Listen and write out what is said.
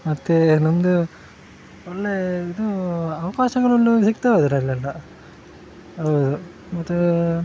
ಮತ್ತು ನಮ್ಮದು ಒಳ್ಳೆಯ ಇದು ಅವಕಾಶಗಳಲ್ಲೂ ಸಿಗ್ತಾವೆ ಅದರಲ್ಲೆಲ್ಲ ಹೌದು ಮತ್ತು